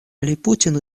липутин